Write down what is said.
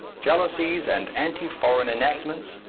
jealousies and anti-foreign enactments,